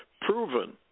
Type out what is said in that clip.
proven